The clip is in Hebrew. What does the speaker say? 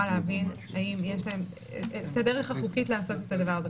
להבין את הדרך החוקית לעשות את הדבר הזה,